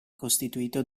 costituito